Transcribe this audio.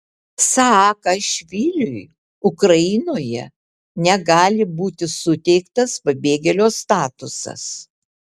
saakašviliui ukrainoje negali būti suteiktas pabėgėlio statusas